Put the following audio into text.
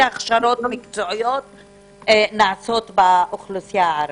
הכשרות מקצועיות נעשות באוכלוסייה הערבית.